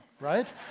right